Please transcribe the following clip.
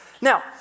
Now